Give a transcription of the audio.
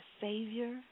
Savior